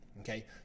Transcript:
Okay